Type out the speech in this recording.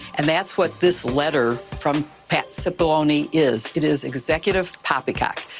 and that's what this letter from pat so baloney is. it is executive poppycock.